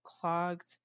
clogs